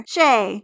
Shay